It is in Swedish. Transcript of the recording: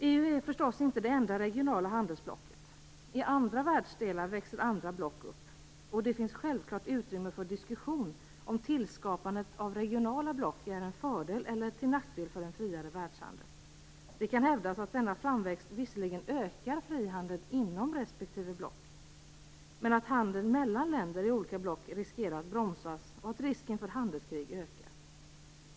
EU är förstås inte det enda regionala handelsblocket. I andra världsdelar växer andra block upp, och det finns självfallet utrymme för diskussion om tillskapandet av regionala block är till fördel eller till nackdel för en friare världshandel. Det kan hävdas att denna framväxt visserligen ökar frihandeln inom respektive block, men att handeln mellan länder i olika block riskerar att bromsas och att risken för handelskrig ökar.